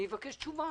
אני מבקש מכם תשובה,